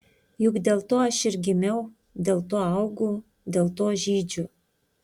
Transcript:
juk dėl to aš ir gimiau dėl to augu dėl to žydžiu